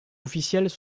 officiels